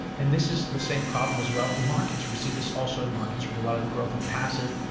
and this is the same problem as well in markets. we see this also in markets, with a lot of the growth in passive.